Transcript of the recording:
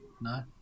No